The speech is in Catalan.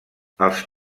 els